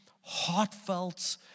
heartfelt